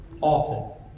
often